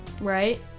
Right